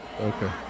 Okay